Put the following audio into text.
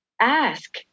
ask